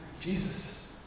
Jesus